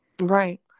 Right